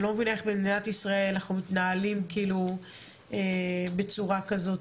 אני לא מבינה איך במדינת ישראל אנחנו מתנהלים בצורה הזאת,